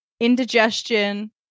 indigestion